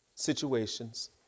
Situations